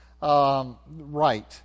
Right